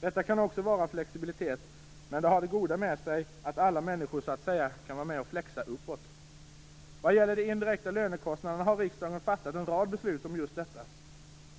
Detta kan också vara flexibilitet, men det har det goda med sig att alla människor så att säga kan vara med och flexa uppåt. Vad gäller de indirekta lönekostnaderna har riksdagen fattat en rad beslut.